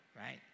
right